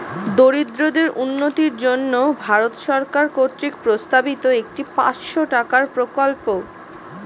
দরিদ্রদের উন্নতির জন্য ভারত সরকার কর্তৃক প্রস্তাবিত একটি পাঁচশো টাকার প্রকল্প